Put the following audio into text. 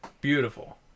beautiful